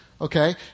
Okay